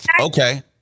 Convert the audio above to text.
Okay